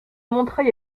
montreuil